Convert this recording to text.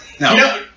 No